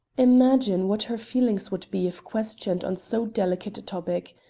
imagine what her feelings would be if questioned on so delicate a topic.